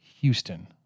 Houston